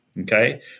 Okay